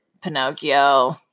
Pinocchio